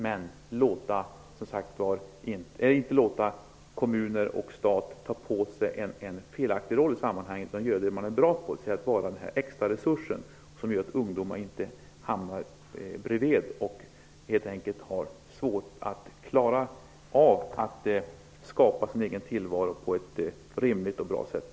Vi får inte låta kommuner och stat ta på sig en felaktig roll i sammanhanget utan göra det de är bra på, dvs. att vara den extra resursen som gör att ungdomar inte hamnar bredvid och helt enkelt har svårt att klara av att skapa sin egen tillvaro på ett rimligt och bra sätt.